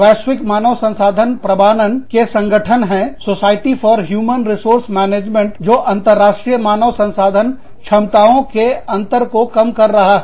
वैश्विक मानव संसाधन प्रमाणन के संगठन हैं society for human resource management जो अंतरराष्ट्रीय मानव संसाधन क्षमताओं के अंतर को कम कर रहा है